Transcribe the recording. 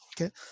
okay